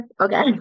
Okay